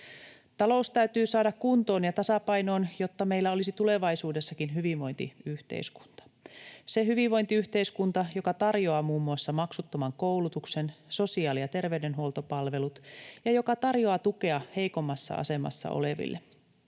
Talous täytyy saada kuntoon ja tasapainoon, jotta meillä olisi tulevaisuudessakin hyvinvointiyhteiskunta, se hyvinvointiyhteiskunta, joka tarjoaa muun muassa maksuttoman koulutuksen, sosiaali- ja terveydenhuoltopalvelut ja joka tarjoaa tukea heikommassa asemassa oleville.